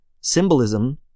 symbolism